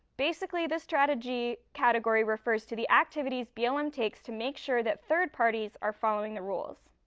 basically this strategy category refers to the activities blm takes to make sure that third parties are following the rules.